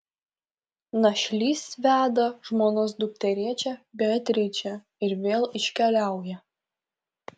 našlys veda žmonos dukterėčią beatričę ir vėl iškeliauja